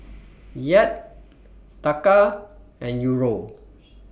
Kyat Taka and Euro